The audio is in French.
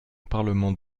parlement